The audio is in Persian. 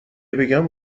بگم